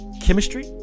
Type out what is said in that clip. chemistry